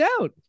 out